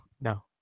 No